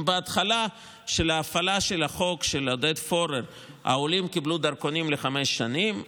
אם בהתחלת ההפעלה של החוק של עודד פורר העולים קיבלו דרכונים לחמש שנים,